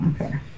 Okay